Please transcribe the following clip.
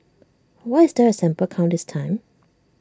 why is there A sample count this time